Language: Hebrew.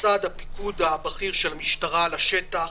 מצד הפיקוד הבכיר של המשטרה לשטח,